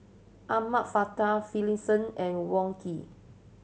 Ahmad Finlayson and Wong Keen